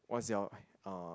what's your uh